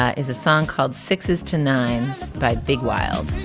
ah is a song called sixes to nines by big wild